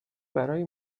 برای